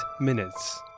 minutes